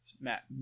matt